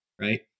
right